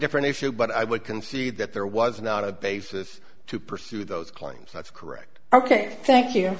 different if you but i would concede that there was not a basis to pursue those claims that's correct ok thank you